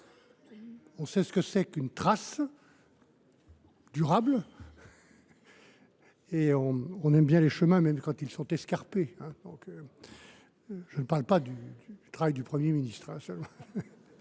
on sait ce que c’est qu’une trace durable. Et on aime les chemins, même escarpés ! Je ne parle pas du travail du Premier ministre…